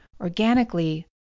organically